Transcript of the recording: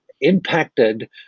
impacted